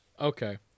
okay